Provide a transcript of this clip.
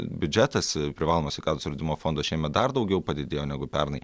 biudžetas privalomo sveikatos draudimo fondo šiemet dar daugiau padidėjo negu pernai